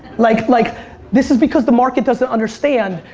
like like this is because the market doesn't understand,